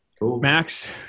Max